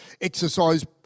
exercise